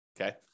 Okay